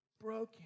broken